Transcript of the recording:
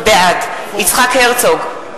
בעד יצחק הרצוג,